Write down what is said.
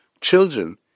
Children